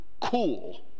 cool